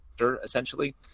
essentially